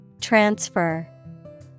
Transfer